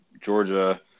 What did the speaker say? Georgia